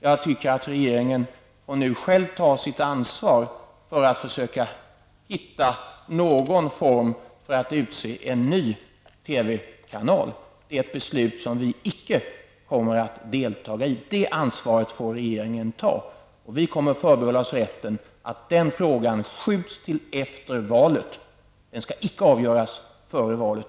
Jag anser att regeringen nu själv får ta sitt ansvar för att försöka hitta någon form för att utse en ny TV-kanal. Det är ett beslut som vi icke kommer att deltaga i. Det ansvaret får regeringen ta. Vi kommer att förbehålla oss rätten att kräva att frågan skjuts till efter valet. Den skall icke avgöras före valet.